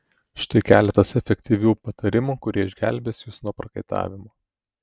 štai keletas efektyvių patarimų kurie išgelbės jus nuo prakaitavimo